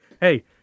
Hey